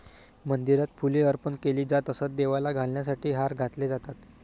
मंदिरात फुले अर्पण केली जात असत, देवाला घालण्यासाठी हार घातले जातात